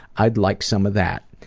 i'd like some of that.